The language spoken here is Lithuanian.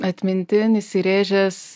atmintin įsirėžęs